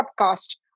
podcast